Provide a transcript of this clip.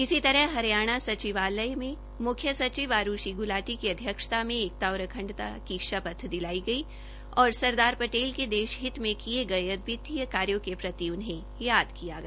इसी तरह हरियाणा सचिवालय में मुख्य सचिव आरूषी ग्लाटी की अध्यक्षता मे एकता और अखंडता का शपथ ली गई और सरदार पटेल के देश हित मे किए गये अद्वितीय कार्यो के प्रति उन्हें याद किया गया